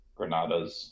Granadas